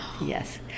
Yes